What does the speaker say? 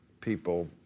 people